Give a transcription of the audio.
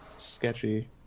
Sketchy